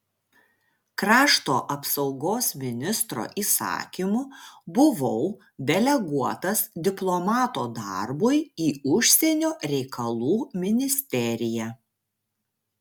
krašto apsaugos ministro įsakymu buvau deleguotas diplomato darbui į užsienio reikalų ministeriją